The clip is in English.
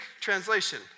translation